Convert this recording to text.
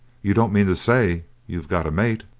you don't mean to say you have got a mate?